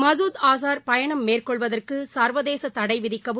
மசூத் ஆசார் பயணம் மேற்கொள்வதற்கு சர்வதேச தடை விதிக்கவும்